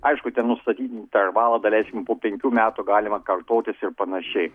aišku ten nustatyti intervalai daleiskim po penkių metų galima kartotis ir panašiai